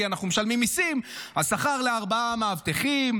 כי אנחנו משלמים מיסים: השכר לארבעה מאבטחים,